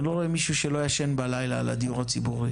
אני לא רואה מישהו שלא ישן בלילה בגלל הדיור הציבורי